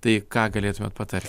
tai ką galėtumėt patarti